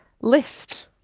list